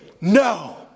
no